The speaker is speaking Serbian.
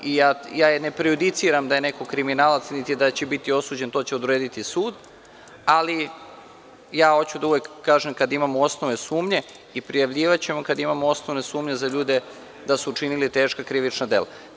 Ja ne prejudiciram da je neko kriminalac niti da će biti osuđen, to će odrediti sud, ali ja hoću da uvek kažem kada imamo osnove sumnje i prijavljivaćemo kada imamo osnovne sumnje za ljude da su učinili teška krivična dela.